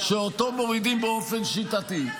-- שאותו מורידים באופן שיטתי.